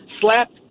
slapped